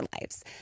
lives